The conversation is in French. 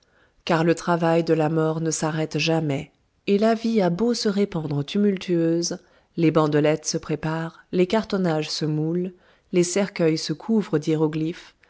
car le travail de la mort ne s'arrête jamais et la vie a beau se répandre tumultueuse les bandelettes se préparent les cartonnages se moulent les cercueils se couvrent d'hiéroglyphes